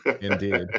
Indeed